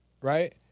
right